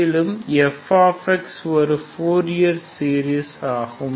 மேலும் f ஒருஃப்பூரியர் series ஆகும்